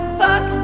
fuck